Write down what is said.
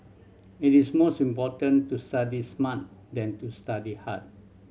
it is most important to study smart than to study hard